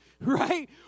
Right